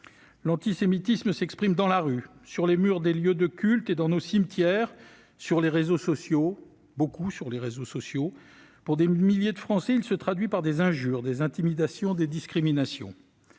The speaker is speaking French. L'antisémitisme s'exprime dans la rue, sur les murs des lieux de culte et dans nos cimetières, mais aussi, beaucoup, sur les réseaux sociaux. Pour des milliers de Français, il se traduit par des injures, des intimidations, des discriminations.